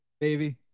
baby